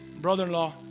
brother-in-law